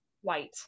white